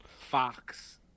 Fox